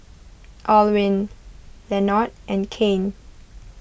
Alwine Lenord and Kane